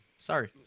Sorry